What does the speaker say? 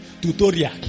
tutorial